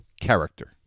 character